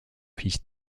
fils